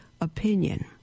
opinion